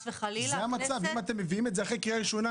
שני הדברים הללו טרם קרו.